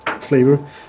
flavor